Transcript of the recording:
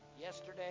yesterday